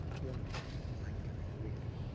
you're not going, i'm going really.